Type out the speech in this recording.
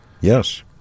Yes